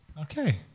okay